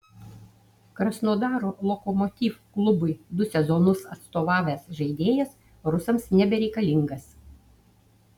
krasnodaro lokomotiv klubui du sezonus atstovavęs žaidėjas rusams nebereikalingas